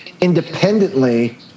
independently